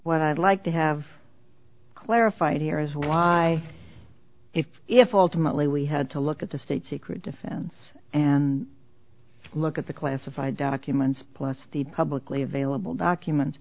what i'd like to have clarified here is why if if ultimately we had to look at the state secret defense and look at the classified documents plus the publicly available documents